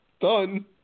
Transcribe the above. done